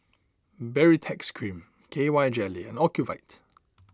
Baritex Cream K Y Jelly Ocuvite